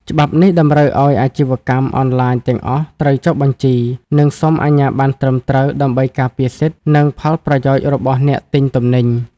ច្បាប់នេះតម្រូវឱ្យអាជីវកម្មអនឡាញទាំងអស់ត្រូវចុះបញ្ជី និងសុំអាជ្ញាបណ្ណត្រឹមត្រូវ ដើម្បីការពារសិទ្ធិ និងផលប្រយោជន៍របស់អ្នកទិញទំនិញ។